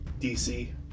DC